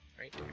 Right